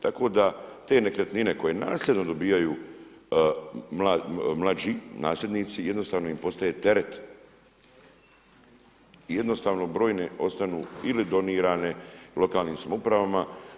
Tako da te nekretnine koje nasljedno dobivaju mlađi nasljednici jednostavno im postaje teret, jednostavno brojne ostanu ili donirane lokalnim samoupravama.